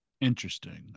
Interesting